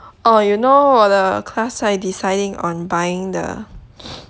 orh you know 我的 class side deciding on buying the